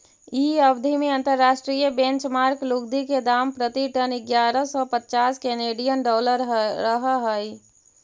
इ अवधि में अंतर्राष्ट्रीय बेंचमार्क लुगदी के दाम प्रति टन इग्यारह सौ पच्चास केनेडियन डॉलर रहऽ हई